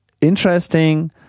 interesting